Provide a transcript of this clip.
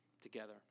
together